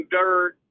dirt